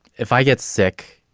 if i get sick.